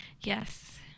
Yes